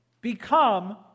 become